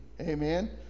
Amen